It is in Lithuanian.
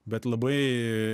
bet labai